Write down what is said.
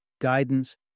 guidance